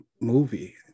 movie